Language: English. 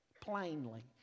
plainly